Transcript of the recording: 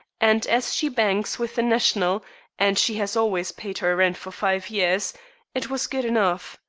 and as she banks with the national and she has always paid her rent for five years it was good enough.